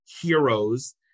heroes